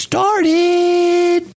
Started